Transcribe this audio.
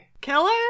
Killer